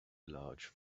large